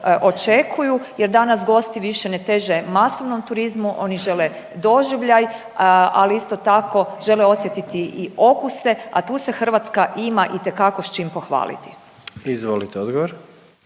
očekuju jer danas gosti više ne teže masovnom turizmu, oni žele doživljaj ali isto tako žele osjetiti i okuse, a tu se Hrvatska ima itekako s čim pohvaliti. **Jandroković,